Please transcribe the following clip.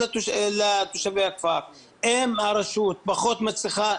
אם הרשות פחות מצליחה,